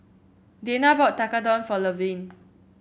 Dayna bought Tekkadon for Levern